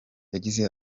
yagize